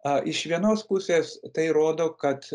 a iš vienos pusės tai rodo kad